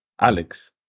Alex